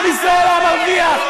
עם ישראל היה מרוויח,